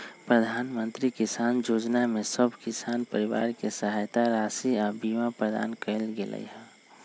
प्रधानमंत्री किसान जोजना में सभ किसान परिवार के सहायता राशि आऽ बीमा प्रदान कएल गेलई ह